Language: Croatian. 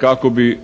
kako bi